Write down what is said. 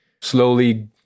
slowly